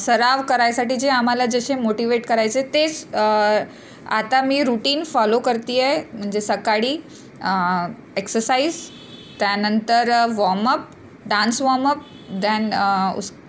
सराव करायसाठी जे आम्हाला जसे मोटिवेट करायचे तेच आता मी रूटीन फॉलो करते आहे म्हणजे सकाळी एक्ससाईज त्यानंतर वॉमअप डान्स वॉमप दॅन उस